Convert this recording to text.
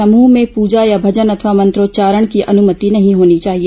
समूह में पूजा या भजन अथवा मंत्रोच्चारण की अनुमति नहीं होनी चाहिए